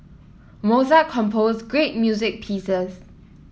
Mozart composed great music pieces